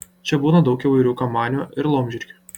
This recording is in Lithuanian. čia būna daug įvairių kamanių ir laumžirgių